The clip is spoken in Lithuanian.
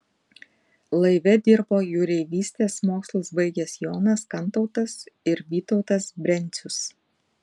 laive dirbo jūreivystės mokslus baigę jonas kantautas ir vytautas brencius